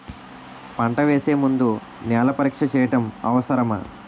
పంట వేసే ముందు నేల పరీక్ష చేయటం అవసరమా?